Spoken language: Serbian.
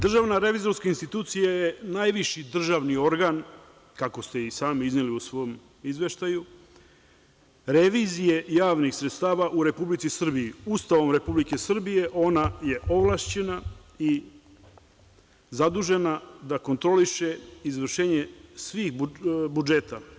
DRI je najviši državni organ, kako ste i sami izneli u svom izveštaju, revizije javnih sredstava u Republici Srbiji, Ustavom Republike Srbije, ona je ovlašćena i zadužena da kontroliše izvršenje svih budžeta.